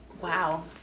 wow